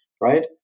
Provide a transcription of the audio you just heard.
Right